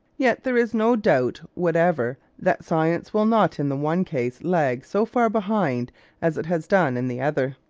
yet there is no doubt whatever that science will not in the one case lag so far behind as it has done in the other.